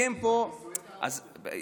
נישואי תערובת.